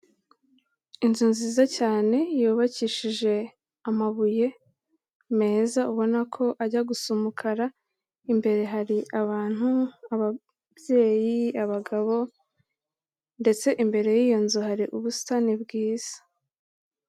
Inzu nziza cyane yubakishije amabuye meza, ubona ko ajya gusa umukara, imbere hari abantu, ababyeyi, abagabo ndetse imbere y'iyo nzu hari ubusitani bwiza.